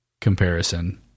comparison